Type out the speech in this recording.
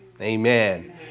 Amen